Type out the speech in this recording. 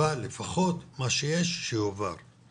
אבל לפחות שיועבר מה שיש.